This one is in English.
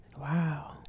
wow